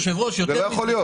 היושב-ראש, יותר מזה.